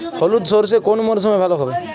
হলুদ সর্ষে কোন মরশুমে ভালো হবে?